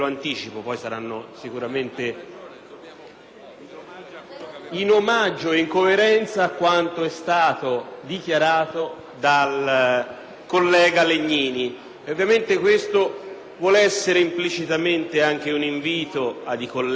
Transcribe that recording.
in omaggio ed in coerenza con quanto è stato dichiarato dal senatore Legnini. Ovviamente, questo vuole essere implicitamente anche un invito ai colleghi a ritirare gli emendamenti che esulano